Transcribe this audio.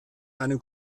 einem